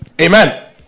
Amen